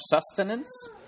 sustenance